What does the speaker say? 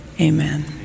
amen